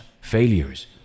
failures